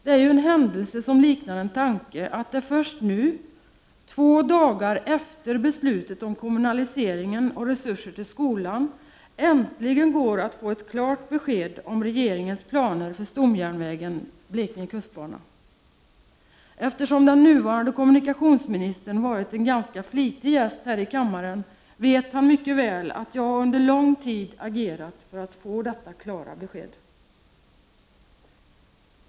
Det är en händelse som liknar en tanke att det först nu, två dagar efter beslutet om kommunaliseringen och resurser till skolan, äntligen går att få ett klart besked om regeringens planer för stomjärnvägen Blekinge kustbana. Eftersom den nuvarande kommunikationsministern varit en ganska flitig gäst här i kammaren, vet han mycket väl att jag under lång tid har agerat för att få detta klara besked.